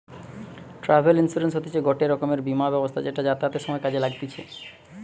travel insurance হতিছে গটে রকমের বীমা ব্যবস্থা যেটা যাতায়াতের সময় কাজে লাগতিছে